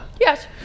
Yes